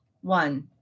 One